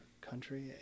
country